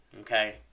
okay